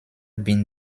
been